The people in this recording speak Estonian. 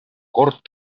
kord